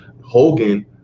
Hogan